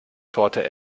torte